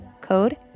code